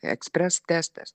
ekspres testas